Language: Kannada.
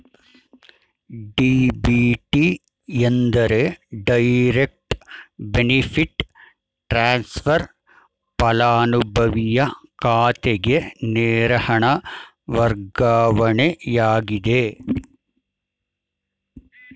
ಡಿ.ಬಿ.ಟಿ ಎಂದರೆ ಡೈರೆಕ್ಟ್ ಬೆನಿಫಿಟ್ ಟ್ರಾನ್ಸ್ಫರ್, ಪಲಾನುಭವಿಯ ಖಾತೆಗೆ ನೇರ ಹಣ ವರ್ಗಾವಣೆಯಾಗಿದೆ